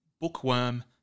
Bookworm